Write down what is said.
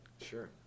Sure